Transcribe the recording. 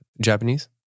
Japanese